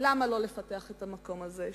למה לא לפתח את המקום הזה.